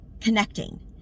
connecting